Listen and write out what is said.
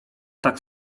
tak